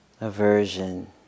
aversion